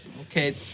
Okay